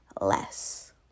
less